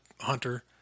Hunter